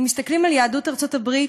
אם מסתכלים על יהדות ארצות-הברית,